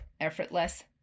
effortless